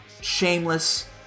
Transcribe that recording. Shameless